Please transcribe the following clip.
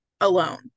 alone